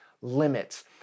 limits